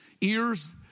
Ears